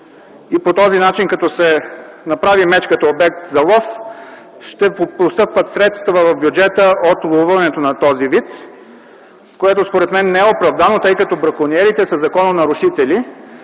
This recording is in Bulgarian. и по този начин, като се направи мечката обект за лов, ще постъпват средства в бюджета от ловуването от този вид, което, според мен, не е оправдано, тъй като бракониерите са закононарушители.